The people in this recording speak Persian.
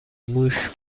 موش